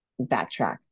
backtrack